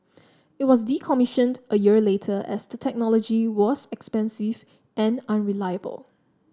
it was decommissioned a year later as the technology was expensive and unreliable